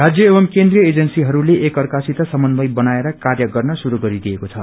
राज्य एवं केन्द्रिय एजेन्सीहरूले एक अर्का सित समन्वय बनाएर कार्य गर्न शुरू गरिदिएको छ